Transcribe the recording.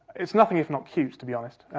it's nothing if not cute, to be honest.